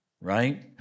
right